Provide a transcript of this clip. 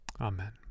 Amen